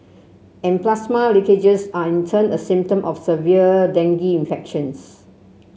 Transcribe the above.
and plasma leakages are in turn a symptom of severe dengue infections